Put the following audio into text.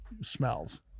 Smells